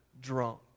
drunk